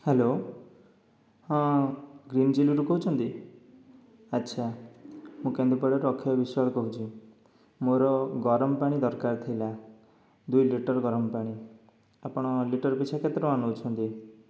hello ହଁ ଗ୍ରୀନଚିଲିରୁ କହୁଛନ୍ତି ଆଚ୍ଛା ମୁଁ କେନ୍ଦୁପଡ଼ାରୁ ଅକ୍ଷୟ ବିଶ୍ୱାଳ କହୁଛି ମୋର ଗରମ ପାଣି ଦରକାର ଥିଲା ଦୁଇ ଲିଟର ଗରମ ପାଣି ଆପଣ ଲିଟର ପିଛା କେତେ ଟଙ୍କା ନେଉଛନ୍ତି